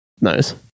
nice